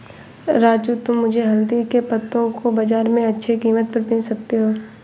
राजू तुम मुझे हल्दी के पत्तों को बाजार में अच्छे कीमत पर बेच सकते हो